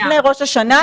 לפני ראש השנה,